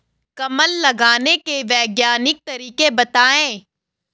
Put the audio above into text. कमल लगाने के वैज्ञानिक तरीके बताएं?